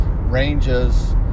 ranges